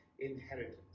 inheritance